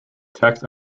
text